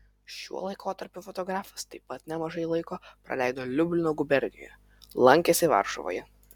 šiuo laikotarpiu fotografas taip pat nemažai laiko praleido liublino gubernijoje lankėsi varšuvoje